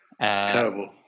Terrible